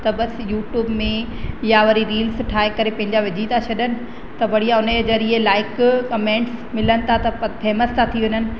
त बसि यूट्यूब में या वरी रील्स ठाहे करे पंहिंजा विझी था छॾनि त बढ़िया उन जे ज़रिए लाइक कमेंट्स मिलनि था त फेमस था थी वञनि